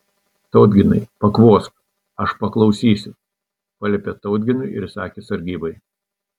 tautginai pakvosk aš paklausysiu paliepė tautginui ir įsakė sargybai